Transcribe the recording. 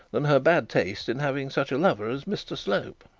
than her bad taste in having such a lover as mr slope.